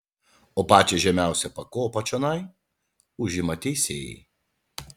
o pačią žemiausią pakopą čionai užima teisėjai